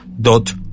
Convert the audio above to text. dot